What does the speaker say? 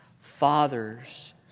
Fathers